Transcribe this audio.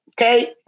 Okay